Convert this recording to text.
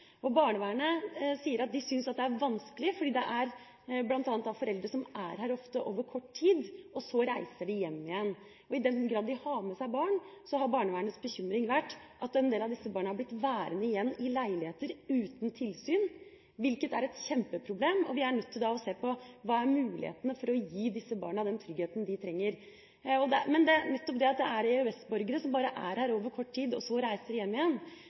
Barnevernet sier at de syns at det er vanskelig, fordi det bl.a. gjelder foreldre som ofte er her over kort tid og så reiser hjem igjen. I den grad de har med seg barn, har barnevernets bekymring vært at en del av disse barna har blitt værende igjen i leiligheter uten tilsyn, hvilket er et kjempeproblem. Vi er da nødt til å se på: Hva er mulighetene for å gi disse barna den tryggheten de trenger? Nettopp det at det er EØS-borgere som bare er her over kort tid og så reiser hjem igjen,